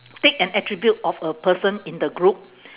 take an attribute of a person in the group